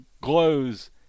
glows